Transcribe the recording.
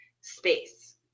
space